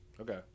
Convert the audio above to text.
okay